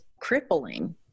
crippling